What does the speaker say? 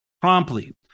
promptly